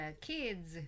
kids